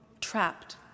trapped